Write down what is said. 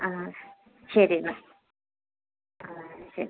ആ ശരീന്നാ ആ ശരി